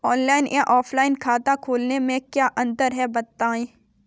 Online या offline खाता खोलने में क्या अंतर है बताएँ?